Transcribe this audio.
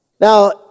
Now